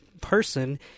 person